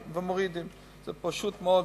זה פשוט מאוד.